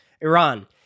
Iran